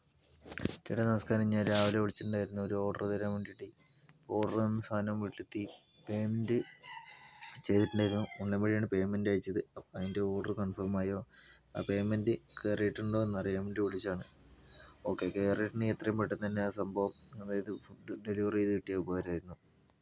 ചേട്ടാ നമസ്കാരം ഞാൻ രാവിലെ വിളിച്ചിട്ടുണ്ടായിരുന്നു ഒരോർഡറ് തരാൻ വേണ്ടീട്ടെ ഓർഡർ തന്ന സാധനം വീട്ടിലെത്തി പേയ്മെൻറ്റ് ചെയ്തിട്ടുണ്ടാരുന്നു ഓൺലൈൻ വഴി ആണ് പേയ്മെൻറ്റ് അയച്ചത് അപ്പം അതിൻ്റെ ഓർഡർ കൺഫോം ആയോ ആ പേയ്മെൻറ്റ് കേറീട്ടുണ്ടോന്ന് അറിയാൻ വേണ്ടി വിളിച്ചതാണ് ഓക്കേ കേറീട്ടുണ്ടങ്കിൽ എത്രയും പെട്ടെന്ന് തന്നെ ആ സംഭവം അതായത് ഫുഡ്ഡ് ഡെലിവറ് ചെയ്തു കിട്ടിയാൽ ഉപകാരമായിരുന്നു